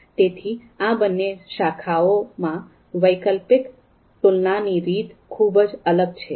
તેથી આ બંને શાખાઓમાં વૈકલ્પિક તુલનાની રીત ખૂબ જ અલગ છે